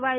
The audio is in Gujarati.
વાય